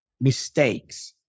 mistakes